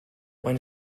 when